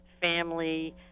family